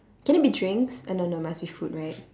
can it be drinks uh no no must be food right